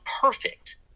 perfect –